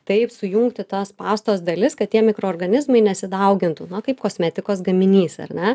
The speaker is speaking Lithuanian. taip sujungti tas pastos dalis kad tie mikroorganizmai nesidaugintų na kaip kosmetikos gaminys ar ne